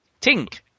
Tink